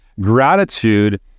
Gratitude